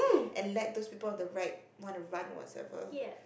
and let those people on the right want to run whatsoever